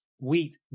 Wheat